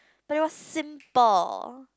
but it was simple